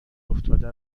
افتاده